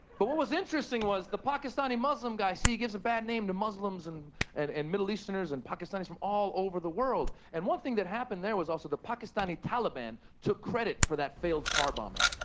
but what was interesting was, the pakistani muslim guy see, he gives a bad name to muslims and and and middle easterners and pakistanis from all over the world. and one thing that happened there was also the pakistani taliban took credit for that failed car bombing.